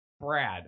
brad